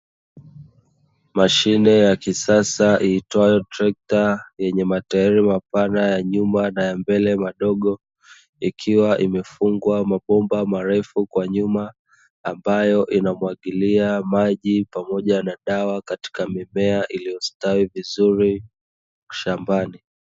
Mashine ya kisasa iitwayo trekta yenye matairi mapana ya nyuma na ya mbele madogo, ikiwa imefungwa mabomba marefu kwa nyuma ambayo inamwagilia maji pamoja na dawa katika mimea iliyostawi vizuri shambani.